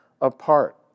apart